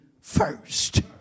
first